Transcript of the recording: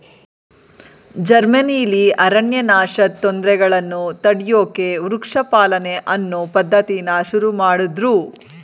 ಜರ್ಮನಿಲಿ ಅರಣ್ಯನಾಶದ್ ತೊಂದ್ರೆಗಳನ್ನ ತಡ್ಯೋಕೆ ವೃಕ್ಷ ಪಾಲನೆ ಅನ್ನೋ ಪದ್ಧತಿನ ಶುರುಮಾಡುದ್ರು